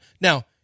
Now